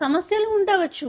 సమస్యలు ఉండవచ్చు